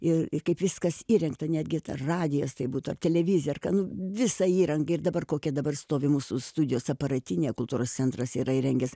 ir kaip viskas įrengta netgi radijas tai būtų ar televizija ar ką nu visa įranga ir dabar kokia dabar stovi mūsų studijos aparatinė kultūros centras yra įrengęs